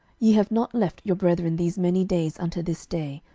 ye have not left your brethren these many days unto this day,